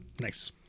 Nice